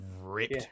ripped